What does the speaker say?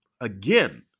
again